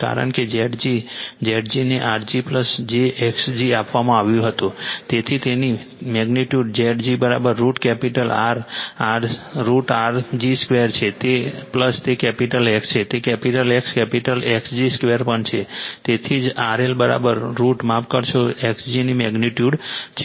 કારણ કે Zg Zg ને rg jxg આપવામાં આવ્યું હતું તેથી તેની magnitude Zg√ capital R √R g 2 છે તે કેપિટલ X છે તે capital X capital X g 2 પણ છે તેથી જ RL√ માફ કરશો Zg ની મેગ્નિટ્યુડ છે